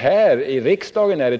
Här i riksdagen förefaller